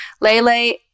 Lele